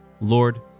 Lord